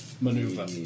maneuver